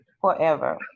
forever